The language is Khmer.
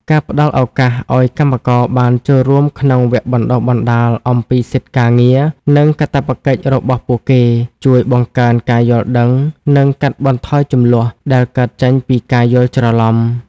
ការផ្ដល់ឱកាសឱ្យកម្មករបានចូលរួមក្នុងវគ្គបណ្ដុះបណ្ដាលអំពីសិទ្ធិការងារ និងកាតព្វកិច្ចរបស់ពួកគេ ជួយបង្កើនការយល់ដឹង និងកាត់បន្ថយជម្លោះដែលកើតចេញពីការយល់ច្រឡំ។